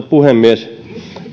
puhemies